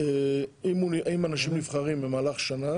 אם אנשים נבחרים במהלך שנה